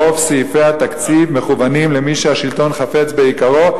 רוב סעיפי התקציב מכוונים למי שהשלטון חפץ ביקרו,